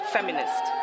Feminist